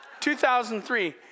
2003